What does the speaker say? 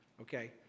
okay